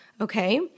Okay